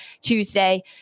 Tuesday